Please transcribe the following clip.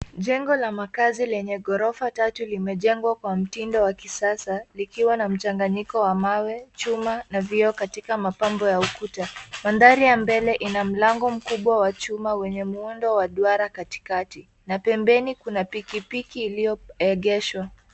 Jengo la makazi lenye ghorofa tatu limejengwa kwa mtindo wa kisasa likiwa na mchanganyiko wa mawe, chuma na vioo katika mapambo ya ukuta. Mandhari ya mbele ina mlango mkubwa wa chuma wenye muundo wa duara katikati na pembeni kuna pikipiki iliyoegeshwa.